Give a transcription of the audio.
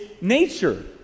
nature